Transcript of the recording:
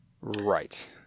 Right